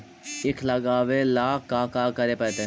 ईख लगावे ला का का करे पड़तैई?